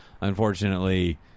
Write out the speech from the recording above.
Unfortunately